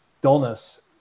dullness